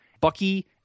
Bucky